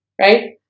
Right